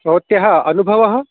भवत्याः अनुभवः